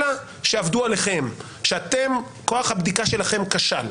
אלא שעבדו עליכם, שכוח הבדיקה שלכם כשל.